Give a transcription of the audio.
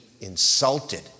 insulted